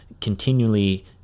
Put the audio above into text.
continually